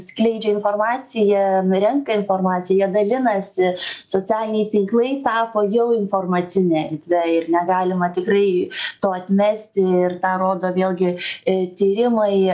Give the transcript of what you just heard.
skleidžia informaciją renka informaciją dalinasi socialiniai tinklai tapo jau informacine erdve ir negalima tikrai to atmesti ir tą rodo vėlgi tyrimai